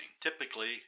Typically